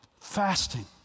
fasting